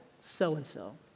so-and-so